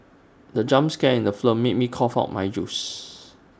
the jump scare in the film made me cough out my juice